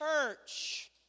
church